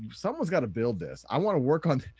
someone's got to build this. i wanna work on.